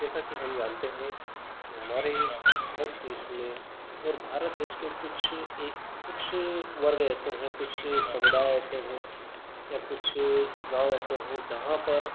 जैसा कि हम जानते हैं कि हमारे भारत देस में और भारत देश के कुछ एक कुछ वर्ग ऐसे हैं कुछ समुदाय ऐसे हैं या कुछ गाँव ऐसे हैं जहाँ पर